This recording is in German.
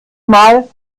mal